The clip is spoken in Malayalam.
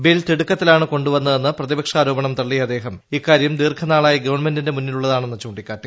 ബിൽ തിടുക്കത്തിലാണ് കൊണ്ടുവന്നതെന്ന് പ്രതിപക്ഷ ആരോപണം തള്ളിയ അദ്ദേഹം ഇക്കാര്യം ദീർഘനാളായി ഗവൺമെന്റിന്റെ മുന്നിലുള്ളതാണെന്ന് ചൂണ്ടിക്കാട്ടി